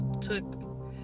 took